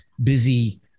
Busy